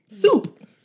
Soup